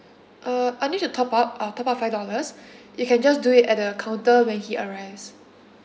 uh uh need to top up uh top up five dollars you can just do it at the counter when he arrives